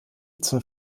zur